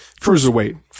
cruiserweight